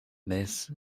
miss